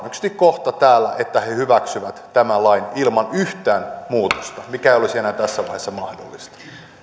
todennäköisesti kohta täällä että he hyväksyvät tämän lain ilman yhtään muutosta mikä ei olisi enää tässä vaiheessa mahdollisia